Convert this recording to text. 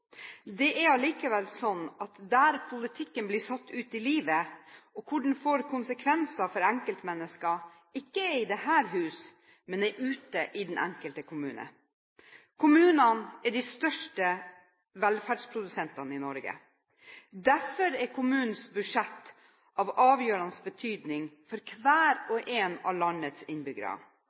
Det er likevel sånn at der politikken blir satt ut i livet, og der den får konsekvenser for enkeltmennesker, er ikke i dette huset, men ute i den enkelte kommune. Kommunene er de største velferdsprodusentene i Norge. Derfor er kommunens budsjett av avgjørende betydning for hver og en av landets